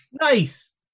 Nice